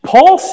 Paul